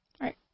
Right